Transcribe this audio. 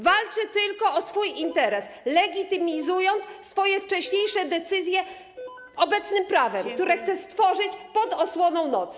Walczy tylko o swój interes, legitymizując swoje wcześniejsze decyzje obecnym prawem, które chce stworzyć pod osłoną nocy.